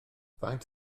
faint